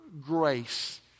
Grace